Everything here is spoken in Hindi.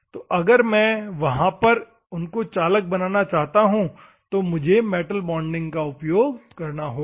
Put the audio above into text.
तो अगर मैं वहां पर उनको चालक बनाना चाहता हूं तो मुझे मेटल बॉन्डिंग का उपयोग करना होगा